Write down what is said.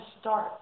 start